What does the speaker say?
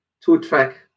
two-track